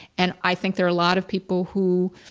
and i think there are a lot of people who,